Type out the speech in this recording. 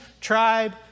tribe